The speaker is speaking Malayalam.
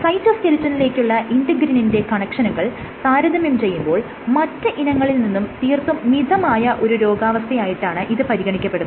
സൈറ്റോസ്കെലിറ്റനിലേക്കുള്ള ഇന്റെഗ്രിനിന്റെ കണക്ഷനുകൾ താരതമ്യം ചെയ്യുമ്പോൾ മറ്റ് ഇനങ്ങളിൽ നിന്നും തീർത്തും മിതമായ ഒരു രോഗാവസ്ഥയായിട്ടാണ് ഇത് പരിഗണിക്കപ്പെടുന്നത്